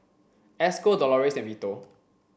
Esco Dolores and Vito